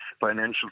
financial